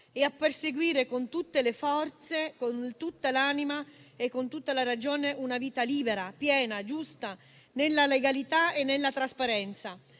e a perseguire con tutte le forze, con tutta l'anima e con tutta la ragione, una vita libera, piena, giusta, nella legalità e nella trasparenza.